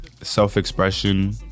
self-expression